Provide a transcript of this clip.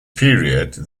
period